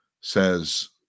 says